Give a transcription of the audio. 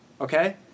okay